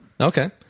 Okay